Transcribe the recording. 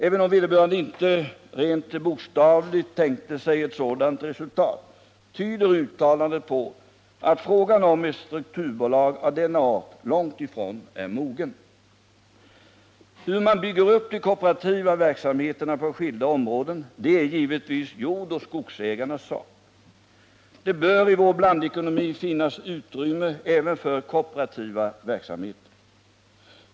Även om vederbörande inte rent bokstavligt tänkte sig ett sådant resultat, tyder uttalandet på att tiden långt ifrån är mogen för ett strukturbolag av denna art. Frågan om hur man bygger upp de kooperativa verksamheterna på skilda områden är givetvis jordoch skogsägarnas sak. Det bör i vår blandekonomi finnas utrymme även för kooperativa verksamheter.